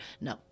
No